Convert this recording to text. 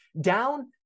down